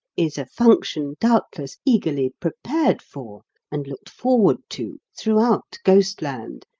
is a function, doubtless, eagerly prepared for and looked forward to throughout ghostland,